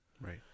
Right